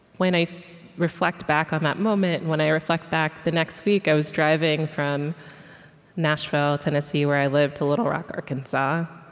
when i reflect back on that moment, and when i reflect back the next week, i was driving from nashville, tennessee, where i live, to little rock, arkansas,